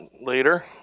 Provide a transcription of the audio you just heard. later